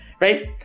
right